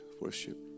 worship